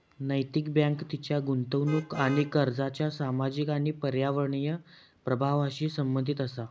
नैतिक बँक तिच्या गुंतवणूक आणि कर्जाच्या सामाजिक आणि पर्यावरणीय प्रभावांशी संबंधित असा